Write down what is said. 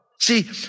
See